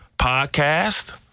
podcast